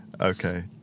Okay